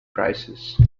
prices